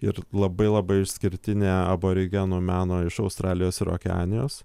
ir labai labai išskirtinė aborigenų meno iš australijos ir okeanijos